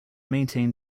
maintain